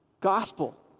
gospel